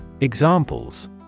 Examples